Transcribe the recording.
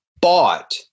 bought